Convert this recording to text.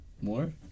More